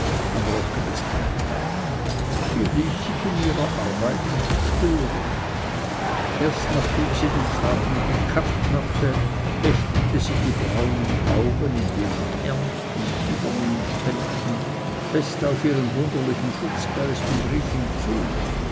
am rocke des kandidaten sie ließ sich in der arbeit nicht stören erst nachdem sie den faden gekappt hatte heftete sie die braunen augen in denen ernst und übermut kämpften fest auf ihren wunderlichen schutzgeist und rief ihm zu